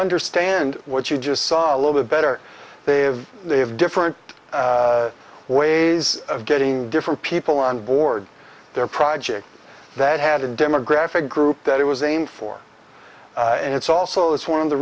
understand what you just saw a little bit better they have they have different ways of getting different people on board their project that had a demographic group that it was aimed for and it's also it's one of the